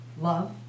love